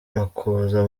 makuza